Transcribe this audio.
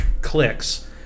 clicks